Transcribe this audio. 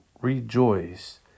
rejoice